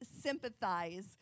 sympathize